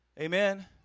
Amen